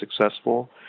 successful